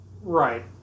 Right